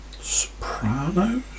Sopranos